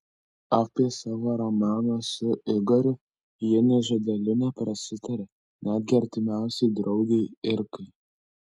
apie savo romaną su igoriu ji nė žodeliu neprasitarė netgi artimiausiai draugei irkai